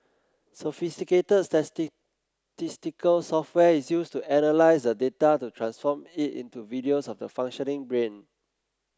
sophisticated software is used to analyse the data to transform it into videos of the functioning brain